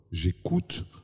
j'écoute